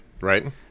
Right